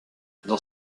dans